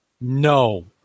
No